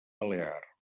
balear